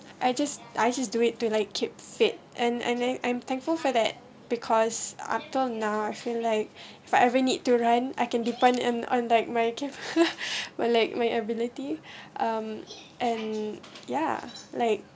I just I just do it to like keep fit and and I'm I'm thankful for that because after all now I feel like for every need to run I can depend in on my gift where like my ability um and ya like